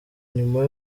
nyuma